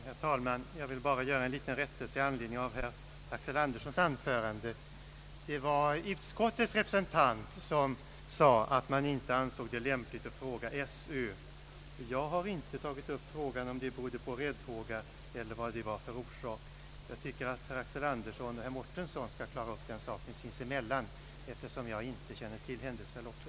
Herr talman! Jag vill bara göra en rättelse i anledning av herr Axel Anderssons anförande. Det var utskottets representant som sade att man inte ansåg det lämpligt att fråga skolöverstyrelsen. Jag har inte tagit upp frågan om det berodde på räddhåga eller vad orsaken kan ha varit. Det tycker jag herrar Axel Andersson och Mårtensson skall klara upp sinsemellan, eftersom jag inte känner till händelseförloppet.